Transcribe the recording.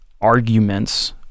arguments